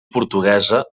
portuguesa